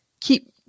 keep